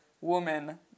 woman